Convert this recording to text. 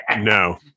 No